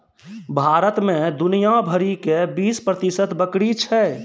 भारत मे दुनिया भरि के बीस प्रतिशत बकरी छै